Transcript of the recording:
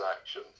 action